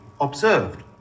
observed